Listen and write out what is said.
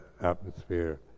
atmosphere